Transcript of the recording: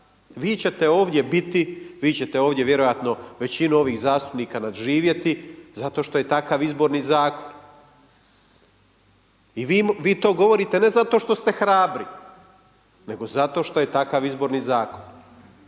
Vi ćete ovdje biti, vi ćete ovdje vjerojatno većinu ovih zastupnika nadživjeti zato što je takav Izborni zakon. I vi to govorite ne zato što ste hrabri, nego zato što je takav Izborni zakon.